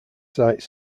sites